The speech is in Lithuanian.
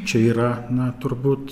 čia yra na turbūt